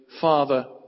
Father